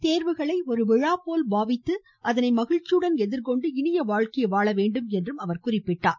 தேர்வுகளை ஒரு விழா போல பாவித்து அதனை மகிழ்ச்சியுடன் எதிர்கொண்டு இனிய வாழ்க்கையை வாழ வேண்டும் என்று கூறினார்